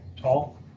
Tall